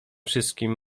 wszystkim